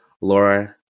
Laura